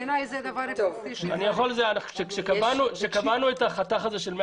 בעיניי זה -- כשקבענו את החתך של 200